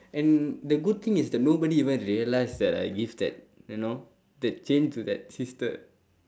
and the good thing is that nobody even realised that I give that you know that chain to that sister